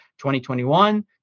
2021